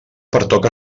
pertoca